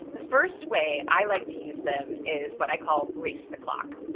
the first way i like to use them is what i call race the clock.